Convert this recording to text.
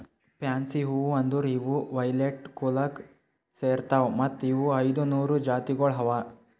fancy ಹೂವು ಅಂದುರ್ ಇವು ವೈಲೆಟ್ ಕುಲಕ್ ಸೇರ್ತಾವ್ ಮತ್ತ ಇವು ಐದ ನೂರು ಜಾತಿಗೊಳ್ ಅವಾ